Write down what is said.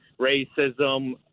racism